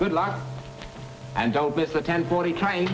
good luck and don't miss the ten forty time